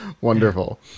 Wonderful